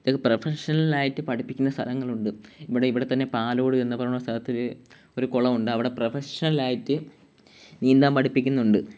ഇതൊക്കെ പ്രൊഫഷണൽ ആയിട്ട് പഠിപ്പിക്കുന്ന സ്ഥലങ്ങളുണ്ട് ഇവിടെ തന്നെ പാലോട് എന്ന് പറയണ ഒരു സ്ഥലത്ത് ഒരു കുളമുണ്ട് അവിടെ പ്രൊഫഷണൽ ആയിട്ട് നീന്താൻ പഠിപ്പിക്കുന്നുണ്ട്